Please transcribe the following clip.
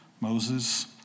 Moses